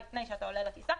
לפני שאתה עולה לטיסה,